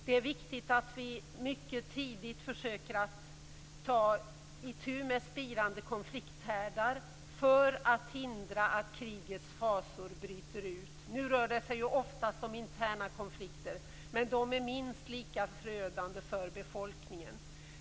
Det är viktigt att vi mycket tidigt försöker att ta itu med spirande konflikthärdar för att hindra att krigets fasor bryter ut. Nu rör det sig oftast om interna konflikter. Men de är minst lika förödande för befolkningen.